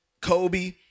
Kobe